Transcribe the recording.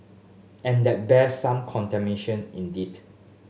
and that bears some indeed